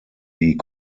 die